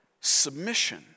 submission